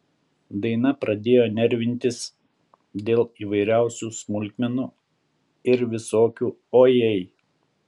daina pradėjo nervintis dėl įvairiausių smulkmenų ir visokių o jei